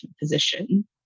position